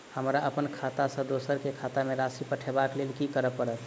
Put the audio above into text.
हमरा अप्पन खाता सँ दोसर केँ खाता मे राशि पठेवाक लेल की करऽ पड़त?